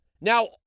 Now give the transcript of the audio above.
Now